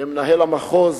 ולמנהל מחוז